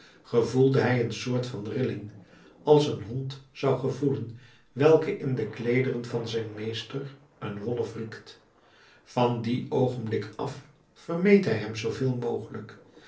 gevoelde hij een soort van rilling als een hond zou gevoelen welke in de kleederen van zijn meester een wolf riekt van dien oogenblik af vermeed hij hem zooveel mogelijk